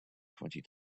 twenty